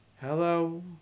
Hello